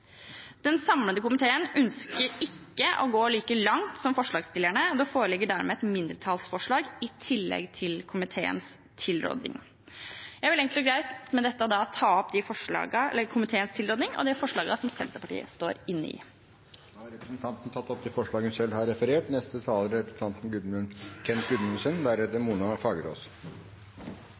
Den samlede komiteen ønsker ikke å gå like langt som forslagsstillerne, og det foreligger dermed et mindretallsforslag i tillegg til komiteens tilråding. Jeg vil med dette enkelt og greit anbefale komiteens tilråding og ta opp det forslaget Senterpartiet er med på. Da har representanten Marit Knutsdatter Strand tatt opp det forslaget hun refererte til. For mange barn mobbes. Det er